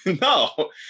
No